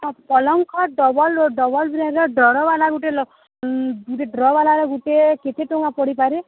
ହଁ ପଲଂ ଖଟ୍ ଡବଲ୍ ଡବଲ୍ ଇଏ ର ଡ୍ର ବାଲା ଗୁଟେ ଗୁଟେ ଡ୍ର ବାଲାର ଗୁଟେ କେତେ ଟଙ୍କା ପଡ଼ିପାରେ